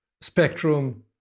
spectrum